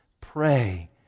Pray